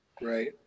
Right